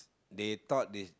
they thought is